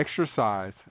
exercise